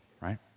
right